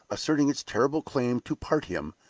asserting its terrible claim to part him,